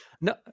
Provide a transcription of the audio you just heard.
no